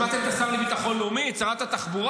שמעתם את השר לביטחון לאומי, את שרת התחבורה?